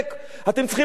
אתם צריכים להתנצר,